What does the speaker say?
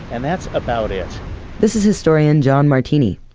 and that's about it this is historian john martini.